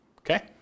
Okay